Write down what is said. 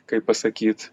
kaip pasakyt